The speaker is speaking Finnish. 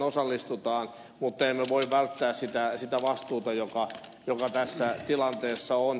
mutta emme voi välttää sitä vastuuta joka tässä tilanteessa on